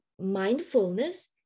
mindfulness